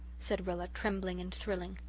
said rilla, trembling and thrilling.